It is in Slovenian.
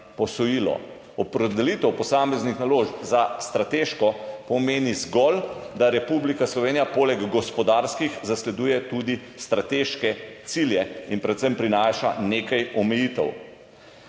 posojilo. Opredelitev posameznih naložb za strateške pomeni zgolj, da Republika Slovenija poleg gospodarskih zasleduje tudi strateške cilje in predvsem prinaša nekaj omejitev.